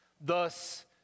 Thus